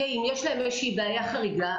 לא רק לעבודה באופן מלא,